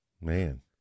man